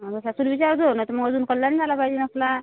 हा मग सासूला विचार जो नायतर मग अजून कल्ला नाइ झाला पायजे आपला